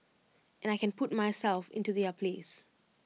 and I can put myself into their place